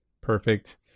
perfect